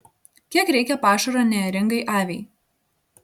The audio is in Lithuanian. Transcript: kiek reikia pašaro neėringai aviai